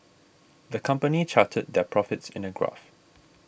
the company charted their profits in a graph